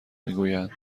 میگویند